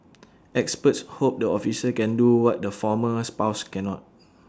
experts hope the officer can do what the former spouse cannot